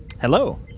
Hello